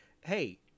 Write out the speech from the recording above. hey